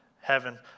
heaven